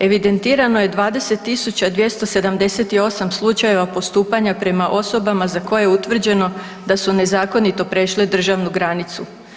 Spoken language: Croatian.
Evidentirano je 20.278 slučajeva postupanja prema osobama za koje je utvrđeno da su nezakonito prešle državnu granicu.